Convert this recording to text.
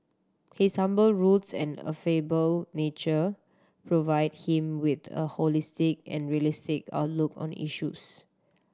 his humble roots and affable nature provide him with the a holistic and realistic outlook on issues